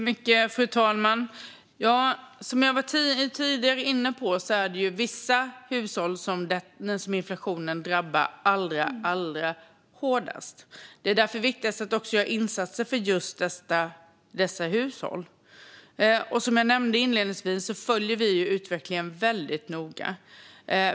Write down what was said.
Fru talman! Som jag var inne på tidigare drabbar inflationen vissa hushåll allra hårdast. Det viktigaste är därför att göra insatser för dessa hushåll. Som jag nämnde inledningsvis följer vi utvecklingen väldigt noga.